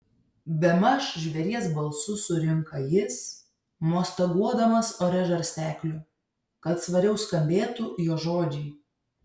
bemaž žvėries balsu surinka jis mostaguodamas ore žarstekliu kad svariau skambėtų jo žodžiai